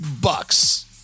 Bucks